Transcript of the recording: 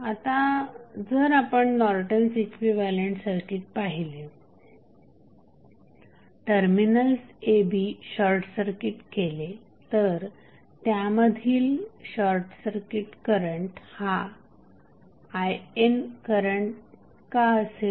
आता जर आपण नॉर्टन्स इक्विव्हॅलंट सर्किट पाहिले टर्मिनल्स a b शॉर्टसर्किट केले तर त्यामधील शॉर्टसर्किट करंट हा IN करंट का असेल